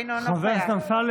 אינו נוכח חבר הכנסת אמסלם,